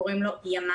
קוראים לו ימ"מ,